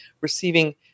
receiving